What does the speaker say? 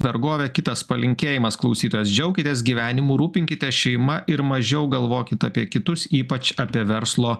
vergovę kitas palinkėjimas klausytojos džiaukitės gyvenimu rūpinkitės šeima ir mažiau galvokit apie kitus ypač apie verslo